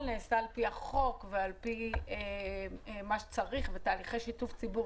נעשה לפי החוק ובתהליכי שיתוף ציבור.